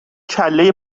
کلهی